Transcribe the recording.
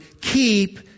keep